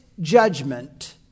judgment